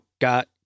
got